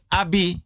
abi